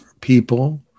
people